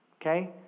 okay